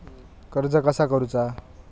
कर्ज कसा करूचा?